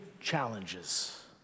challenges